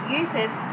users